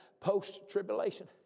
post-tribulation